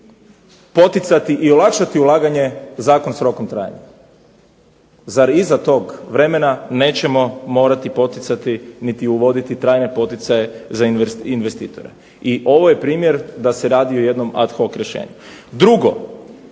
poticati i olakšati ulaganje, zakon s rokom trajanja, zar iza tog vremena nećemo morati poticati niti uvoditi trajne poticaje za investitore i ovo je primjer da se radi o jednom ad hoc rješenju. Drugo,